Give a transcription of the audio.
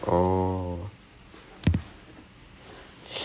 it is still quite scary in all honesty to play